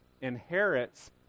inherits